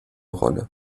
rolle